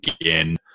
again